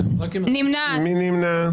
מי נמנע?